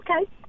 Okay